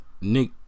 Nick